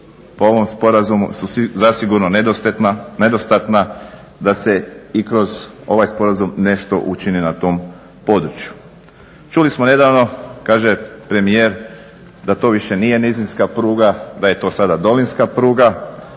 po ovom sporazumu su zasigurno nedostatna da se i kroz ovaj sporazum nešto učini na tom području. Čuli smo nedavno kaže premijer da to više nije nizinska pruga, da je to sada dolinska pruga,